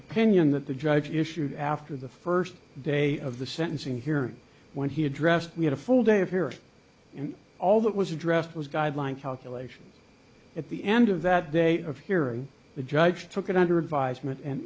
opinion that the judge issued after the first day of the sentencing hearing when he addressed we had a full day of hearing and all that was addressed was guideline calculations at the end of that day of hearing the judge took it under advisement an